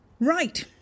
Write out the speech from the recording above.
Right